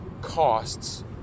costs